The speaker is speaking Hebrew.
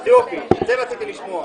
אז יופי, זה רציתי לשמוע.